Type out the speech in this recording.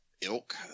ilk